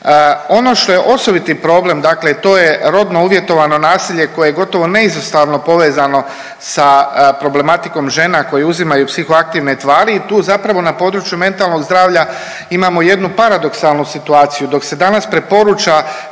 Ono što je osobiti problem dakle to je rodno uvjetovano nasilje koje je gotovo neizostavno povezano sa problematikom žena koje uzimaju psihoaktivne tvari i tu zapravo na području mentalnog zdravlja imamo jednu paradoksalnu situaciju, dok se danas preporuča